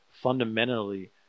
fundamentally